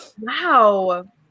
Wow